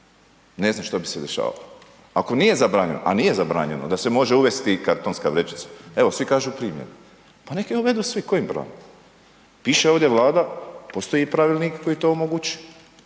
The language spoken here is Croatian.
ne znam što bi se dešavalo. Ako nije zabranjeno a nije zabranjeno onda se može uvesti i kartonska vrećica. Evo svi kažu primjer, pa nek je uvedu svi, ko im brani. Piše ovdje Vlada, postoji i pravilnik koji to omogućuje,